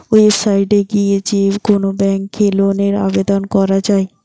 website এ গিয়ে যে কোন ব্যাংকে লোনের আবেদন করা যায়